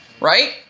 right